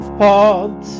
pod